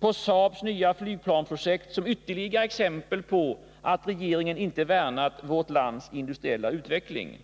på SAAB:s nya flygplansprojekt som ytterligare exempel på att regeringen inte värnat vårt lands industriella utveckling.